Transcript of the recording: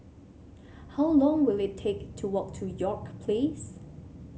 how long will it take to walk to York Place